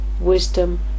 wisdom